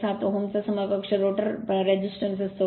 07 ओहेमचा समकक्ष रोटर प्रतिरोध असतो